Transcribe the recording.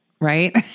Right